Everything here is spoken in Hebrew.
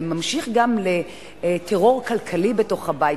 זה ממשיך גם לטרור כלכלי בתוך הבית